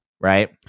right